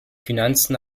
finanzen